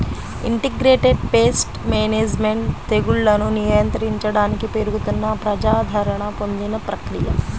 integrated pest management తెగుళ్లను నియంత్రించడానికి పెరుగుతున్న ప్రజాదరణ పొందిన ప్రక్రియ